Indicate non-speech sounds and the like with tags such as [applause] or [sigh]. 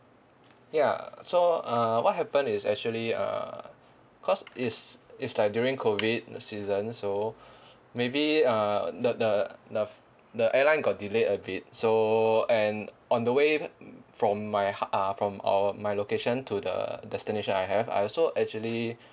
ya so uh what happen is actually uh cause it's it's like during COVID season so [breath] maybe uh the the the the airline got delayed a bit so and on the way from my hou~ uh from our my location to the destination I have I also actually [breath]